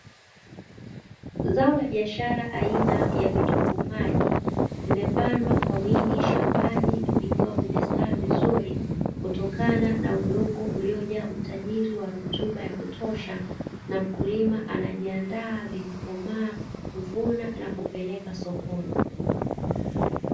Zao la biashara aina ya vitunguu maji zimepandwa kwa wingi shambani vikiwa vimestawi vizuri, kutokana na udongo uliojaa utajiri wa rutuba ya kutosha na mkulima anajiandaa vilivyo komaa kuvunwa na kupeleka sokoni.